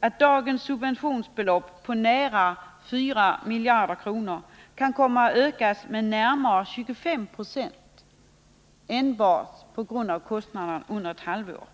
att dagens subventionsbelopp på nära 4 miljarder kan komma att öka med närmare 25 96 enbart på grund av kostnadsstegringarna under ett halvår.